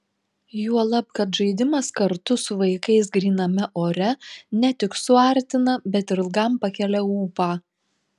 juolab kad žaidimas kartu su vaikais gryname ore ne tik suartina bet ir ilgam pakelia ūpą